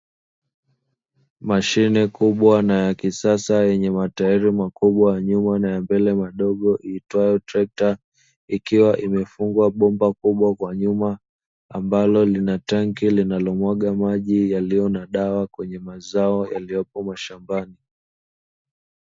Mashine kubwa na ya kisasa yenye matairi makubwa ya nyuma na ya mbele madogo iitwayo trekta, ikiwa imefungwa bomba kubwa kwa nyuma ambalo linatanki linalomwaga maji yaliyo na dawa kwenye mazao yaliyopo mashambani.